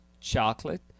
chocolate